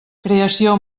creació